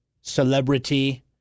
celebrity